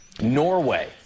Norway